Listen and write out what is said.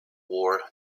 war